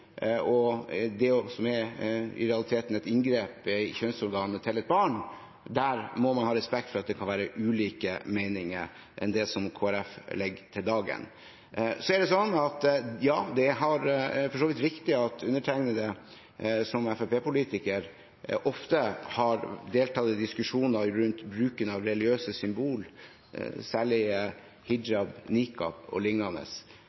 og det som i realiteten er et inngrep i et barns kjønnsorgan. Her må man ha respekt for at man kan ha andre meninger enn dem som Kristelig Folkeparti legger for dagen. Ja, det er for så vidt riktig at undertegnede, som Fremskrittsparti-politiker, ofte har deltatt i diskusjoner rundt bruken av religiøse symboler, særlig